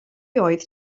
oedd